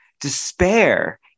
Despair